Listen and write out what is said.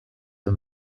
the